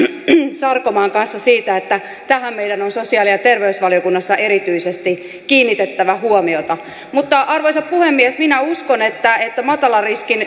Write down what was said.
sarkomaan kanssa siitä että tähän meidän on sosiaali ja terveysvaliokunnassa erityisesti kiinnitettävä huomiota mutta arvoisa puhemies minä uskon että matalan riskin